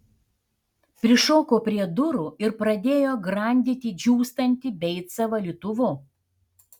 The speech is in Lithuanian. prišoko prie durų ir pradėjo grandyti džiūstantį beicą valytuvu